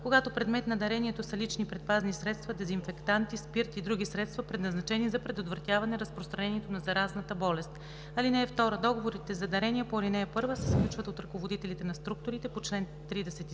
когато предмет на дарението са лични предпазни средства, дезинфектанти, спирт и други средства, предназначени за предотвратяване разпространението на заразната болест. (2) Договорите за дарения по ал. 1 се сключват от ръководителите на структурите по чл. 37